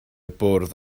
bwrdd